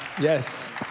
Yes